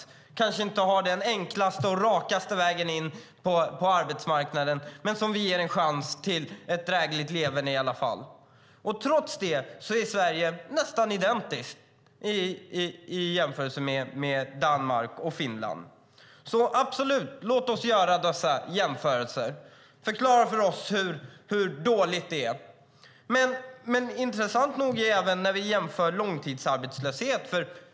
De kanske inte har den enklaste och rakaste vägen in på arbetsmarknaden, men vi ger dem en chans till ett drägligt leverne i alla fall. Trots det är Sverige nästan identiskt i jämförelse med Danmark och Finland. Så absolut - låt oss göra dessa jämförelser! Förklara för oss hur dåligt det är! Men det är intressant att även jämföra långtidsarbetslöshet.